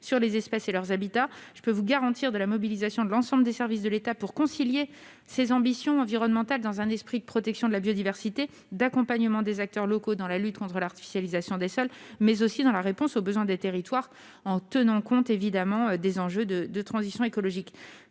sur les espèces et leurs habitats. Je puis vous assurer de la mobilisation de l'ensemble des services de l'État pour concilier ces ambitions environnementales, dans un esprit de protection de la biodiversité, d'accompagnement des acteurs locaux dans la lutte contre l'artificialisation des sols, mais aussi de réponse aux besoins des territoires, tout en tenant compte bien sûr des enjeux de la transition écologique.